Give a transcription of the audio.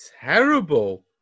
terrible